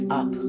up